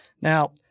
now